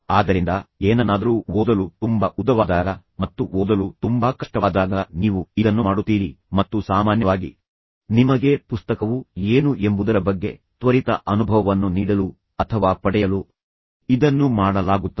ಆದ್ದರಿಂದ ಏನನ್ನಾದರೂ ಓದಲು ತುಂಬಾ ಉದ್ದವಾದಾಗ ಮತ್ತು ಓದಲು ತುಂಬಾ ಕಷ್ಟವಾದಾಗ ನೀವು ಇದನ್ನು ಮಾಡುತ್ತೀರಿ ಮತ್ತು ಸಾಮಾನ್ಯವಾಗಿ ನಿಮಗೆ ಪುಸ್ತಕವು ಏನು ಎಂಬುದರ ಬಗ್ಗೆ ವರದಿಯು ಏನು ಎಂಬುದರ ಬಗ್ಗೆ ತ್ವರಿತ ಅನುಭವವನ್ನು ನೀಡಲು ಅಥವಾ ಪಡೆಯಲು ಇದನ್ನು ಮಾಡಲಾಗುತ್ತದೆ